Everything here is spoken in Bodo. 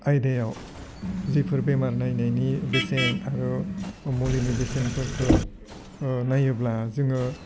आयदायाव जिफोर बेमार नायनायनि बेसेन आरो मुलिनि बेसेनफोरखो नायोब्ला जोङो